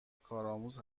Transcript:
کارآموز